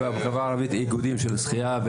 אין איגודים בחברה הערבית של שחייה.